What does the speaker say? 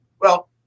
Well-